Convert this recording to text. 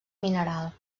mineral